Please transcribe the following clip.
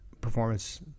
performance